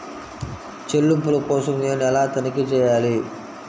చెల్లింపుల కోసం నేను ఎలా తనిఖీ చేయాలి?